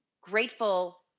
grateful